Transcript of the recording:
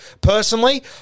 Personally